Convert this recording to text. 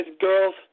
girls